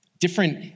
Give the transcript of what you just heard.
different